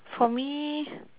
for me